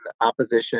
opposition